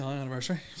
anniversary